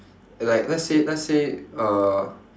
like let's say let's say uh